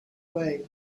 way